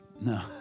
No